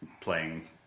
playing